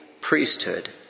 priesthood